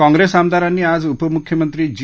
काँग्रस्त आमदारांनी आज उपमुख्यमंत्री जी